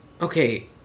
Okay